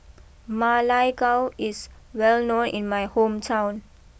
Ma Lai Gao is well known in my hometown